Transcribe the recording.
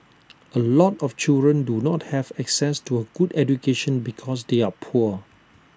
A lot of children do not have access to A good education because they are poor